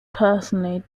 personally